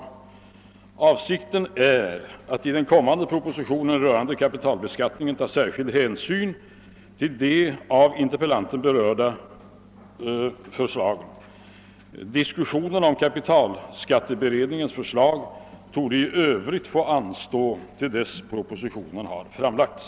Avsikten är att i en kommande proposition rörande kapitalbeskattningen ta särskild hänsyn till de av interpellanten berörda företagen. Diskussionen om kapitalskatteberedningens förslag torde i övrigt få anstå till dess propositionen framlagts.